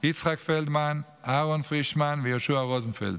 יצחק פלדמן, אהרן פרישמן ויהושע רוזנפלד.